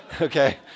okay